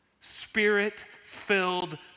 Spirit-filled